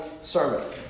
sermon